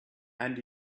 and